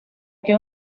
que